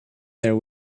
there